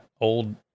old